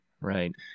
right